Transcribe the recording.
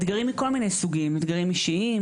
אתגרים מכל מיני סוגים אתגרים אישיים,